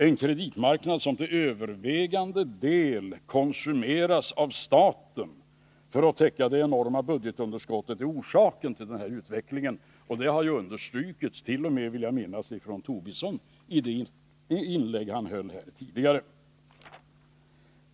En kreditmarknad som till övervägande delen konsumeras av staten för att täcka det enorma budgetunderskottet är orsaken till den utvecklingen. Det har understrukits t.o.m., vill jag minnas, av Lars Tobisson i hans inlägg här.